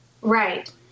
Right